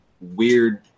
weird